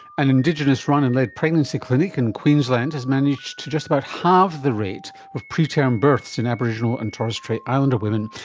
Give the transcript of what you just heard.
an indigenous run and led pregnancy clinic in queensland has managed to just about halve the rate of preterm births in aboriginal and torres strait islander women.